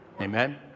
Amen